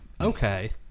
Okay